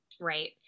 right